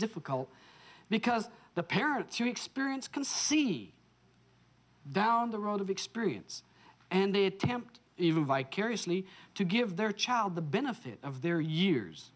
difficult because the parents you experience can see down the road of experience and they attempt even vicariously to give their child the benefit of their years